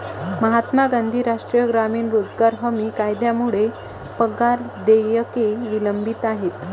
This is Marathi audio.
महात्मा गांधी राष्ट्रीय ग्रामीण रोजगार हमी कायद्यामुळे पगार देयके विलंबित आहेत